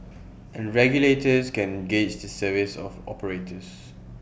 and regulators can gauge the service of operators